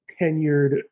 tenured